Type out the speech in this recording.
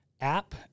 app